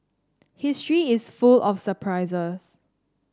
history is full of surprises